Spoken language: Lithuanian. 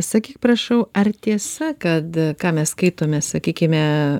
sakyk prašau ar tiesa kad ką mes skaitome sakykime